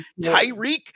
Tyreek